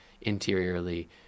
interiorly